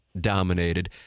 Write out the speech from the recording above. dominated